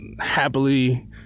happily